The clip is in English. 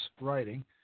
writing